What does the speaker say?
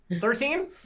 Thirteen